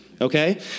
Okay